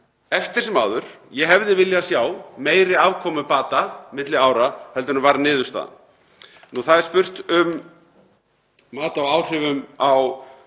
Eftir sem áður hefði ég viljað sjá meiri afkomubata milli ára heldur en varð niðurstaðan. Það er spurt um mat á áhrifum